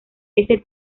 ese